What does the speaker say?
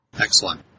Excellent